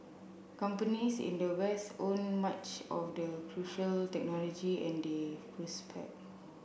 companies in the West owned much of the crucial technology and they prospered